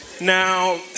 Now